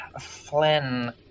Flynn